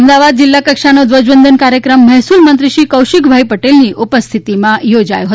અમદાવાદ જિલ્લા કક્ષાનો ધ્વજવંદન કાર્યક્રમ મહેસુલમંત્રી શ્રી કૌશિકભાઇ પટેલની ઉપસ્થિતિમાં યોજાયો હતો